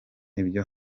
ibyo